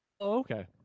Okay